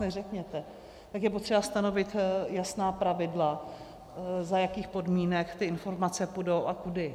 Tak je potřeba stanovit jasná pravidla, za jakých podmínek ty informace půjdou a kudy.